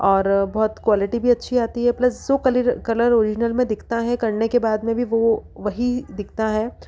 और बहुत क्वालिटी भी अच्छी आती है प्लस सो कलर ओरिजिनल में दिखता है करने के बाद में भी वो वही दिखता है